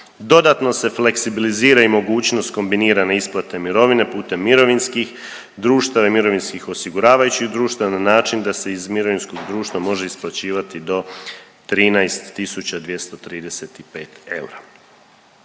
Dodatno se fleksibilizira i mogućnost kombinirane isplate mirovine putem mirovinskih društava i mirovinskih osiguravajućih društava na način da se iz mirovinskog društva može isplaćivati do 13.235 eura.